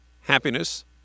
happiness